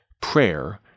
prayer